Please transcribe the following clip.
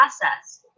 process